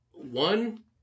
one